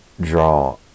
draw